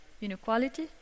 inequality